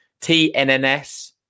TNNS